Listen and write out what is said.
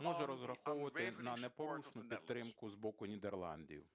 може розраховувати на непорушну підтримку з боку Нідерландів,